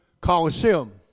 Colosseum